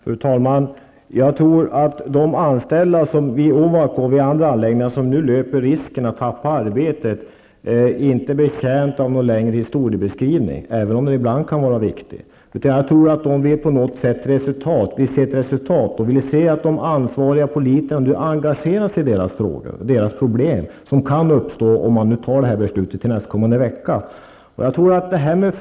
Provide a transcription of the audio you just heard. Fru talman! Jag tror inte att de anställda vid Ovako och andra anläggningar där man nu löper risken att förlora sina arbeten är betjänta av någon längre historiebeskrivning, även om en sådan ibland kan vara viktig. Jag tror att de vill se ett resultat. Jag tror att de vill se att de ansvariga politikerna nu engagerar sig i deras frågor och i de problem som kan uppstå om man nästa vecka fattar det här beslutet.